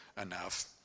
enough